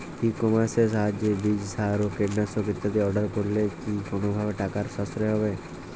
ই কমার্সের সাহায্যে বীজ সার ও কীটনাশক ইত্যাদি অর্ডার করলে কি কোনোভাবে টাকার সাশ্রয় হবে?